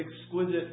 exquisite